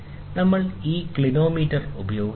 നമ്മൾ ഈ ക്ലിനോമീറ്റർ ഉപയോഗിക്കുന്നു